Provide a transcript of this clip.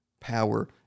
power